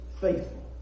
faithful